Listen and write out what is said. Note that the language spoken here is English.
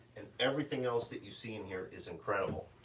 and everything else that you see in here is incredible.